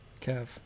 Kev